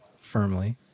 firmly